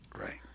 Right